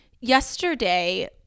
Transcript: Yesterday